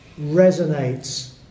resonates